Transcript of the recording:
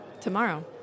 Tomorrow